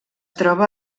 troba